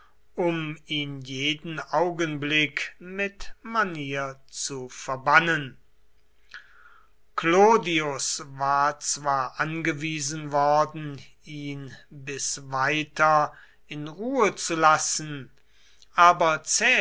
um ihn jeden augenblick mit manier zu verbannen clodius war zwar angewiesen worden ihn bis weiter in ruhe zu lassen aber